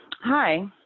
Hi